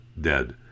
dead